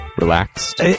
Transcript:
relaxed